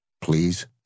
please